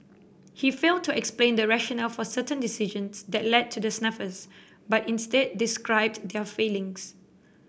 he failed to explain the rationale for certain decisions that led to the snafus but instead described their failings